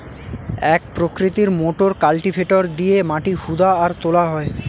এক প্রকৃতির motor cultivator দিয়ে মাটি হুদা আর তোলা হয়